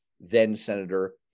then-Senator